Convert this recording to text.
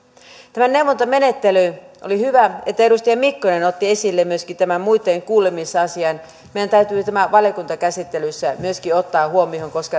tämä neuvontamenettely oli hyvä että edustaja mikkonen otti esille myöskin tämän muitten kuulemisasian meidän täytyy myöskin tämä ottaa valiokuntakäsittelyssä huomioon koska